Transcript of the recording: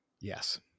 Yes